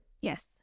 Yes